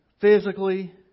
physically